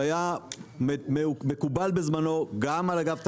שהיה מקובל בזמנו גם על אגף תקציבים,